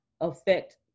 affect